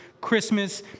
Christmas